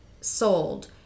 sold